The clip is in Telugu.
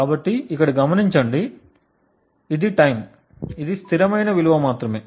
కాబట్టి ఇక్కడ గమనించండి ఇది టైమ్ ఇది స్థిరమైన విలువ మాత్రమే